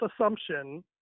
assumption